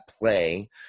play